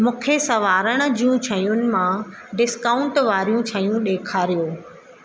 मूंखे सवारण जी शयुनि मां डिस्काउंट वारियूं शयूं ॾेखारियो